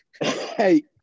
Hey